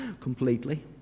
completely